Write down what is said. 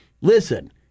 listen